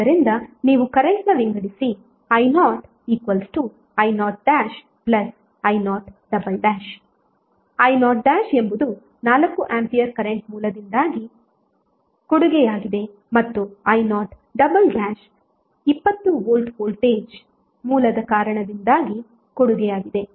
ಆದ್ದರಿಂದ ನೀವು ಕರೆಂಟ್ನ ವಿಂಗಡಿಸಿ i0i0i0 i0 ಎಂಬುದು 4 ಆಂಪಿಯರ್ ಕರೆಂಟ್ ಮೂಲದಿಂದಾಗಿ ಕೊಡುಗೆಯಾಗಿದೆ ಮತ್ತು i0 20 ವೋಲ್ಟ್ ವೋಲ್ಟೇಜ್ ಮೂಲದ ಕಾರಣದಿಂದಾಗಿ ಕೊಡುಗೆಯಾಗಿದೆ